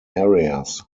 areas